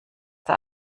der